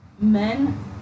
men